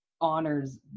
honors